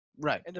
Right